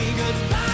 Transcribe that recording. goodbye